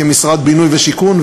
כמשרד הבינוי והשיכון,